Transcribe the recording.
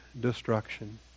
destruction